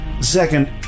Second